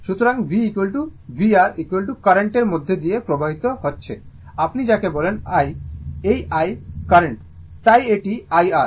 সুতরাং v vR current এর মধ্য দিয়ে প্রবাহিত হচ্ছে আপনি যাকে বলেন i এই i কারেন্ট তাই এটি i R